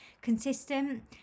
consistent